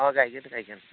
औ गायगोन गायगोन